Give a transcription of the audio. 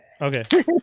Okay